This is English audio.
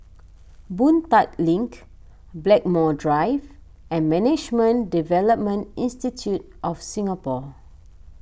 Boon Tat Link Blackmore Drive and Management Development Institute of Singapore